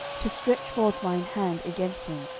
to stretch forth mine hand against him,